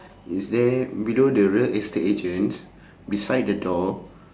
is there below the real estate agent beside the door